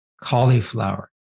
cauliflower